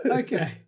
okay